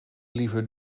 liever